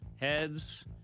heads